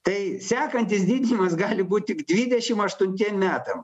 tai sekantis didinimas gali būt tik dvidešim aštuntiem metam